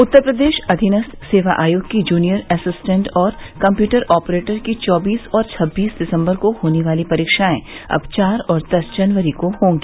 उत्तर प्रदेश अधीनस्थ सेवा आयोग की जूनियर असिस्टेंट और कम्प्यूटर ऑपरेटर की चौबीस और छबीस दिसम्बर को होने वाली परीक्षाएं अब चार और दस जनवरी को होंगी